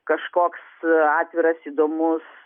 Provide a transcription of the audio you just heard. kažkoks atviras įdomus